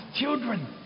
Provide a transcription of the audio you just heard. children